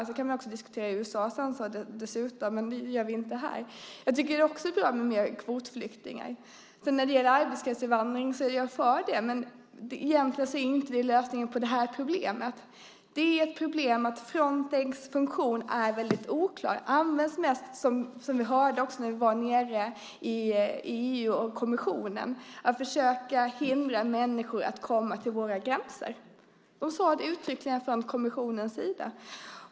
Sedan kan man även diskutera USA:s ansvar, men det gör vi inte här och nu. Jag tycker också att det är bra med fler kvotflyktingar, och jag är positiv till arbetskraftsinvandring. Men egentligen är det inte lösningen på det här problemet. Ett problem är att Frontex funktion är så oklar. Den används mest till att försöka hindra människor från att komma över våra gränser. Det fick vi höra när vi besökte EU-kommissionen. Det sades uttryckligen från kommissionens sida.